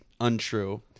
untrue